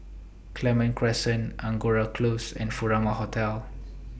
Clementi Crescent Angora Close and Furama Hotel